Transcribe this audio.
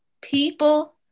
people